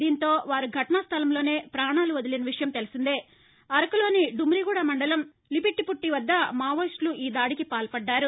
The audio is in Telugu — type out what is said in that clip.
దీంతో వారు ఘటనా స్వలంలోనే పాణాలు వదిలిన విషయం తెలిసిందే అరకులోని డుమిగూడ మండలం లిపిట్టిపుట్లు వద్ద మావోయిస్టులు ఈ దాడికి పాల్పడారు